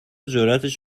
جراتش